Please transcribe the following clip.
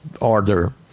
order